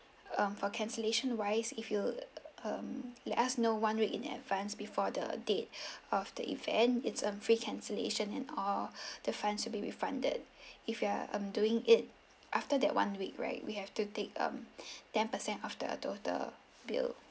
um for cancellation wise if you um let us know one week in advance before the date of the event it's um free cancellation and all the funds will be refunded if you're um doing it after that one week right we have to take um ten percent of the total bill